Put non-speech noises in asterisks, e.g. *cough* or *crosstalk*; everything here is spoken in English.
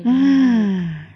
*noise*